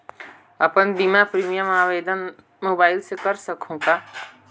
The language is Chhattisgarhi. अपन बीमा प्रीमियम आवेदन आवेदन मोबाइल से कर सकहुं का?